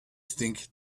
think